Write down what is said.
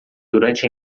durante